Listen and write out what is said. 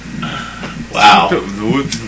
wow